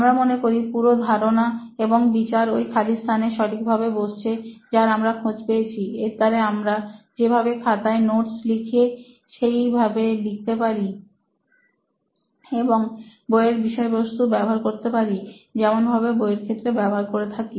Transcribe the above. আমরা মনে করি পুরো ধারণা এবং বিচার ওই খালি স্থানে সঠিকভাবে বসছে যার আমরা খোঁজ পেয়েছি এর দ্বারা আমরা যেভাবে খাতায় নোটস লিখিয়ে সেইভাবে লিখতে পারি এবং বইয়ের বিষয়বস্তুও ব্যবহার করতে পারি যেভাবে বইয়ের ক্ষেত্রে ব্যবহার করে থাকি